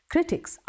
Critics